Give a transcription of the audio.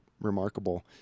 remarkable